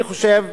אני חושב,